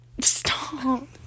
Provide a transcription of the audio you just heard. Stop